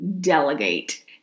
Delegate